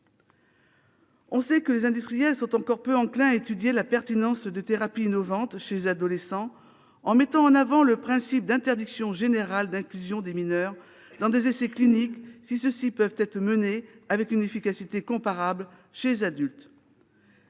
On sait que les industriels sont encore peu enclins à étudier la pertinence de thérapies innovantes chez les adolescents, en mettant en avant le principe d'interdiction générale d'inclusion des mineurs dans des essais cliniques si ceux-ci peuvent être menés avec une efficacité comparable chez les adultes.